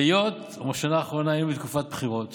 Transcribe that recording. היות שבשנה האחרונה היינו בתקופת בחירות